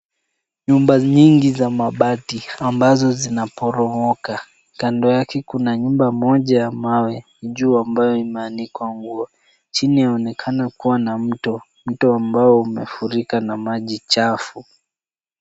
Nyumba nyingi za mabati ambazo zinaporomoka, kando yake kuna nyumba moja ya mawe juu ambayo imeanikwa nguo. Chini yaonekana kuwa na mto, mto ambao umefurika na maji chafu.